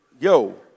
yo